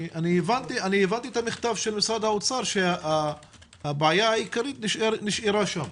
אני הבנתי מהמכתב של משרד האוצר שהבעיה העיקרית נשארה שם.